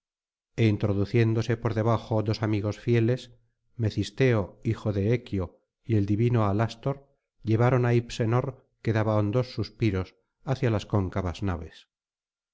e introduciéndose por debajo dos amigos fieles mecisteo hijo de equio y el divino alástor llevaron á hipsenor que daba hondos suspiros hacia las cóncavas naves